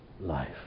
life